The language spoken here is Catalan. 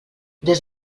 des